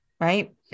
Right